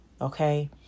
okay